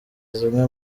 zimwe